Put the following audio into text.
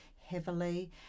heavily